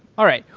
all right.